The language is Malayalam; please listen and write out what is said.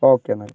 ഓക്കേ എന്നാൽ